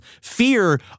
fear